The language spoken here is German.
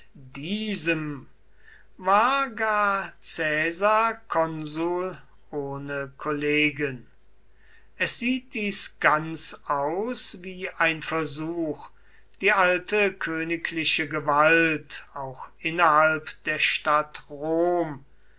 diesem war gar caesar konsul ohne kollegen es sieht dies ganz aus wie ein versuch die alte königliche gewalt auch innerhalb der stadt rom